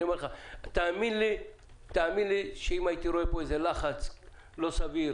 תאמין לי שאם הייתי רואה פה איזה לחץ לא סביר